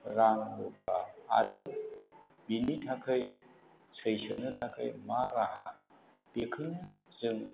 रां रुफा आरो बिनि थाखाय सैसोनो थाखाय मा राहा बेखौनो जों